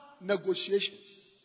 negotiations